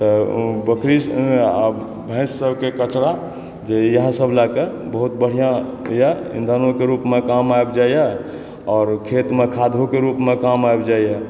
तऽ भैंस सबके कचरा जे इएह सब लए कऽ बहुत बढ़िऑं यऽ ईंधनो के रूप में काम आबि जाइया आओर खेतमे खादो के रूपमे काम आबि जाय यऽ